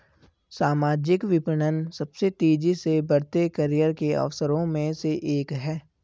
सामाजिक विपणन सबसे तेजी से बढ़ते करियर के अवसरों में से एक है